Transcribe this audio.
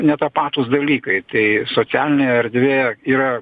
netapatūs dalykai tai socialinė erdvė yra